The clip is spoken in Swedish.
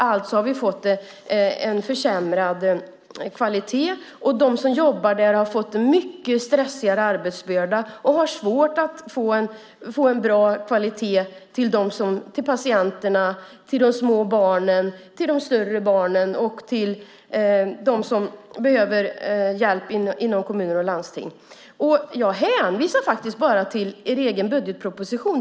Alltså har vi fått en försämrad kvalitet, och de som jobbar där har fått det mycket stressigare och en större arbetsbörda och har svårt att se till att det blir en bra kvalitet för patienterna, för de små barnen, för de större barnen och för dem som behöver hjälp inom kommuner och landsting. Jag hänvisar bara till er egen budgetproposition.